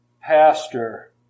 pastor